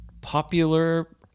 popular